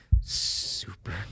Super